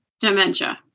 dementia